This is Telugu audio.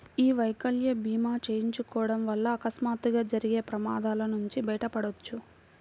యీ వైకల్య భీమా చేయించుకోడం వల్ల అకస్మాత్తుగా జరిగే ప్రమాదాల నుంచి బయటపడొచ్చు